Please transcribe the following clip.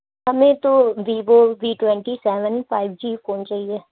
ہمیں تو Vivo V twenty seven five G phone چاہیے